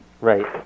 Right